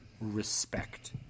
respect